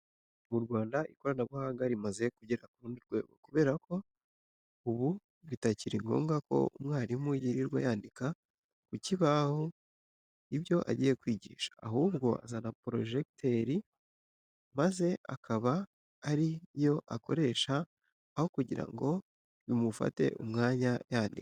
Mu Rwanda ikoranabuhanga rimaze kugera ku rundi rwego kubera ko ubu bitakiri ngombwa ngo umwarimu yirirwa yandika ku kibaho ibyo agiye kwigisha, ahubwo azana projector maze akaba ari yo akoresha aho kugira ngo bimufate umwanya yandika.